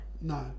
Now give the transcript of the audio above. no